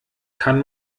kann